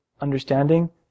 understanding